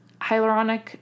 hyaluronic